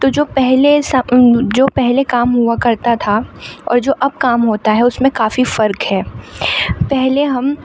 تو جو پہلے سا جو پہلے کام ہوا کرتا تھا اور جو اب کام ہوتا ہے اس میں کافی فرق ہے پہلے ہم